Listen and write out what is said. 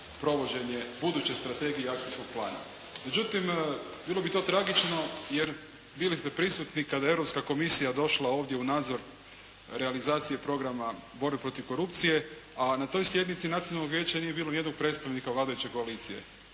provođenje buduće strategije i akcijskog plana. Međutim bilo bi to tragično jer bili ste prisutni kada je Europska komisija došla ovdje u nadzor realizacije programa borbe protiv korupcije a na taj sjednici Nacionalnog vijeća nije bilo nijednog predstavnika vladajuće koalicije.